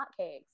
hotcakes